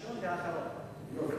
אדוני